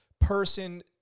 person